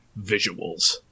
visuals